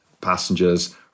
passengers